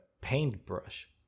paintbrush